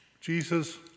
Jesus